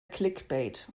clickbait